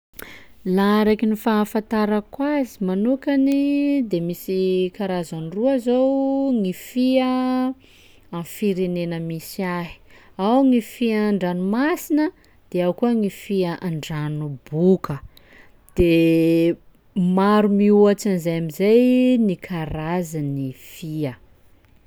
Laha araky ny fahafantarako azy manokany de misy karazany roa zao gny fia amin'ny firenena misy ahy, ao gny fia an-dranomasina de ao koa gny fia an-dranoboka, de maro mihoatsy an' izay am'izay ny karazan'ny fia.